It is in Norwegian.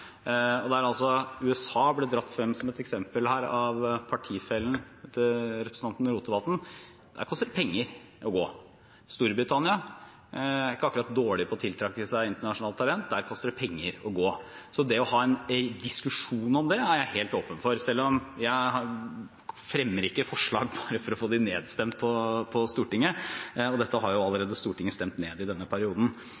USA ble dratt frem som eksempel av partifellen til representanten Rotevatn. Der koster det penger å studere. Storbritannia er ikke akkurat dårlig på å tiltrekke seg internasjonalt talent. Der koster det penger å studere. Så å ha en diskusjon om det er jeg helt åpen for. Men jeg fremmer ikke forslag bare for å få dem nedstemt på Stortinget. Dette har